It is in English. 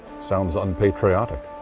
sounds unpatriotic.